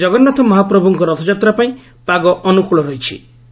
ଆଜି ଶ୍ରୀ ଜଗନ୍ନାଥ ମହାପ୍ରଭୁଙ୍କ ରଥଯାତ୍ରା ପାଇଁ ପାଗ ଅନୁକୁଳ ରହିଛି